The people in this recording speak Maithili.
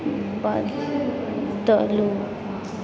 बदलू